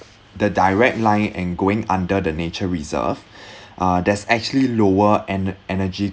the direct line and going under the nature reserve uh there's actually lower en~ energy